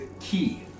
key